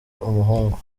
umuhungu